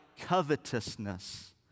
covetousness